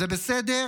וזה בסדר.